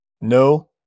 no